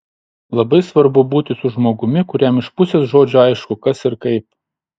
labai svarbu būti su žmogumi kuriam iš pusės žodžio aišku kas ir kaip